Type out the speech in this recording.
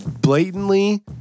blatantly